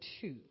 two